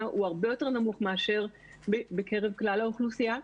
הוא הרבה יותר נמוך מאשר בקרב כלל האוכלוסייה.